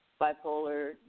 bipolar